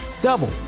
double